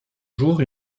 jours